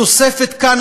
התוספת כאן,